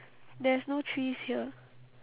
there's no trees here